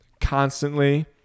constantly